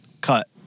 cut